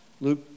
Luke